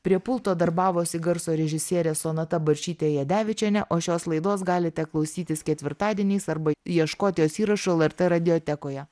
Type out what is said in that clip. prie pulto darbavosi garso režisierė sonata barčytė jadevičienė o šios laidos galite klausytis ketvirtadieniais arba ieškoti jos įrašo lrt radiotekoje